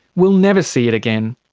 will never see it again.